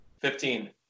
Fifteen